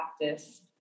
practice